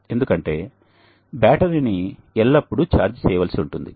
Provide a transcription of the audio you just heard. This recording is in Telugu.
ఎందుకంటే బ్యాటరీని ఎల్లప్పుడూ ఛార్జ్ చేయవలసి ఉంటుంది